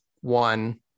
one